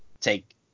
take